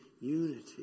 unity